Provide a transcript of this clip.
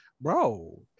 bro